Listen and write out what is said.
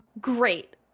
Great